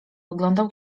oglądał